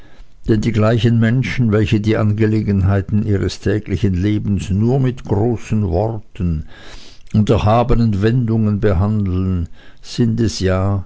denn die gleichen menschen welche die angelegenheiten ihres täglichen lebens nur mit großen worten und erhabenen wendungen behandeln sind es ja